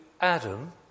Adam